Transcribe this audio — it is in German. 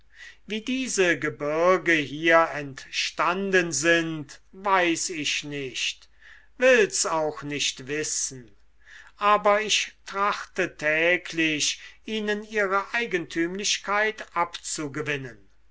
wie diese gebirge hier entstanden sind weiß ich nicht will's auch nicht wissen aber ich trachte täglich ihnen ihre eigentümlichkeit abzugewinnen